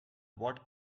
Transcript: what